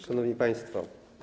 Szanowni Państwo!